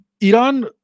Iran